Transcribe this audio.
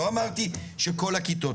לא אמרתי שכל הכיתות,